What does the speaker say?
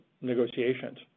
negotiations